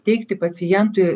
teikti pacientui